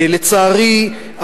לצערי,